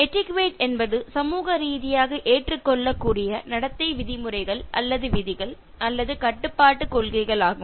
எட்டிக்யுட்டே என்பது சமூக ரீதியாக ஏற்றுக்கொள்ளக்கூடிய நடத்தை விதிமுறைகள் அல்லது விதிகள் அல்லது கட்டுப்பாட்டு கொள்கைகள் ஆகும்